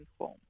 home